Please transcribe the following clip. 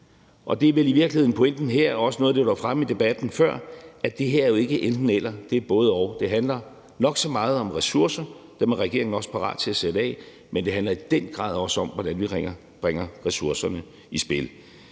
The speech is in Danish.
og det er vel i virkeligheden pointen her og også noget, der var fremme i debatten før, nemlig at det her jo ikke er enten-eller, det er både-og. Det handler nok så meget om ressourcer, og dem er regeringen også parate til at sætte af, men det handler i den grad også om, hvordan vi bringer ressourcer i spil.